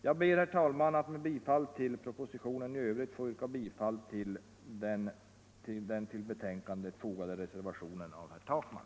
Jag ber, herr talman, att få yrka bifall till reservationen av herr Takman.